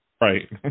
Right